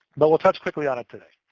but we'll touch quickly on it today.